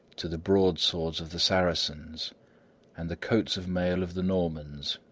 to the broad-swords of the saracens and the coats of mail of the normans.